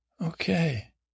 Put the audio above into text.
Okay